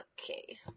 Okay